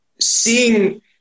seeing